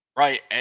Right